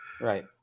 Right